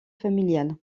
familiale